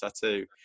tattoo